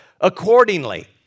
accordingly